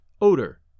odor